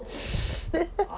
脾气要好